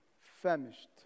famished